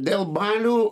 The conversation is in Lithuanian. dėl balių